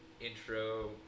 intro